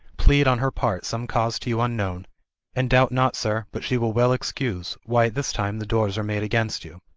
plead on her part some cause to you unknown and doubt not, sir, but she will well excuse why at this time the doors are made against you.